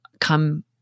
come